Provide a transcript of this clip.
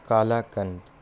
kalakand